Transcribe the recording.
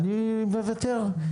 אני מוותר.